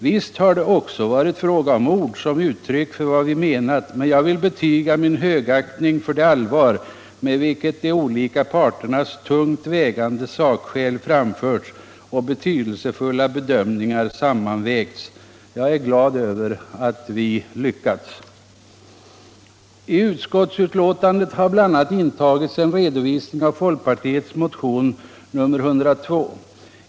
Visst har det också varit fråga om ord, som uttryck för vad vi menat, men jag vill betyga min högaktning för det allvar med vilket de olika parternas tungt vägande sakskäl framförts och betydelsefulla bedömningar sammanvägts. Jag är glad över att vi lyckats. I finansutskottets betänkande 1975/76:16 har bl.a. intagits en redovisning av folkpartiets motion nr 102.